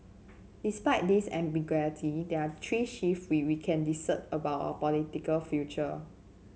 despite this ambiguity there are three shift which we can discern about our political future